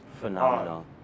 Phenomenal